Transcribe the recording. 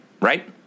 right